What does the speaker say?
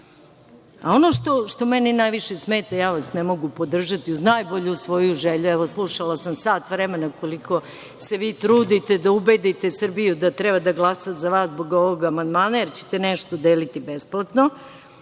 što meni najviše smeta, ja vas ne mogu podržati, uz najbolju svoju želju. Evo, slušala sam sat vremena koliko se vi trudite da ubedite Srbiju da treba da glasa za vas zbog ovog amandmana, jer ćete nešto deliti besplatno,